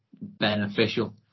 beneficial